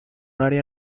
área